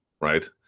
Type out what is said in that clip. right